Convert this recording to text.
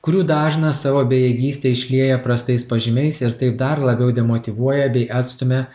kurių dažnas savo bejėgystę išlieja prastais pažymiais ir taip dar labiau demotyvuoja bei atstumia